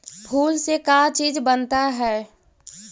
फूल से का चीज बनता है?